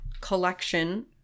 collection